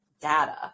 data